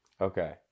Okay